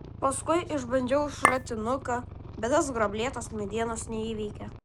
paskui išbandžiau šratinuką bet tas gruoblėtos medienos neįveikė